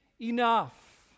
enough